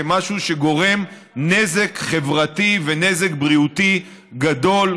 כמשהו שגורם נזק חברתי ונזק בריאותי גדול.